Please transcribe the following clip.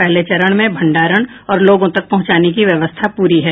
पहले चरण में भंडारण और लोगों तक पहुंचाने की व्यवस्था पूरी है